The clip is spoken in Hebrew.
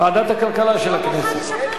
ועדת הכלכלה של הכנסת?